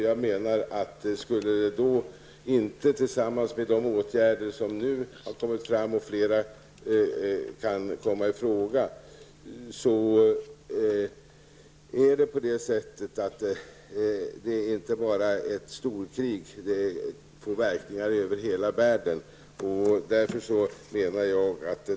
Jag menar att tillsammans med de åtgärder som nu har vidtagits, och flera kan komma i fråga, är det inte bara fråga om ett storkrig. Det får verkningar över hela världen.